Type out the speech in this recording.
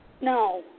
No